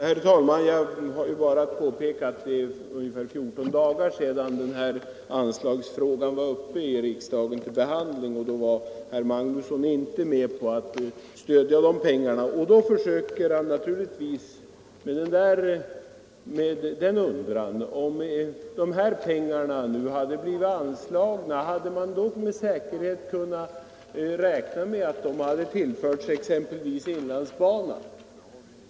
Herr talman! Jag vill bara påpeka att det är ungefär 14 dagar sedan denna anslagsfråga var uppe till behandling i riksdagen och att herr Magnusson i Kristinehamn då inte var med på att stödja beviljandet av dessa pengar. Därför försöker han naturligtvis med denna undran: Om de här pengarna nu hade anslagits, hade man då med säkerhet kunnat räkna med att de hade tillförts exempelvis inlandsbanan?